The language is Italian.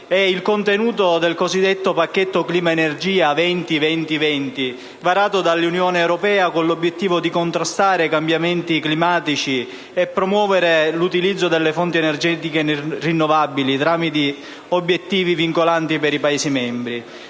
è il contenuto del cosiddetto Pacchetto clima-energia 20-20-20 varato dall'Unione europea con l'obiettivo di contrastare i cambiamenti climatici e promuovere l'utilizzo delle fonti energetiche rinnovabili tramite obiettivi vincolanti per i Paesi membri.